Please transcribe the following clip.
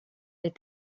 des